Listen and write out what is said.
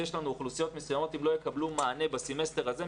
יש לנו אוכלוסיות מסוימות שאם לא יקבלו מענה בסמסטר הזה,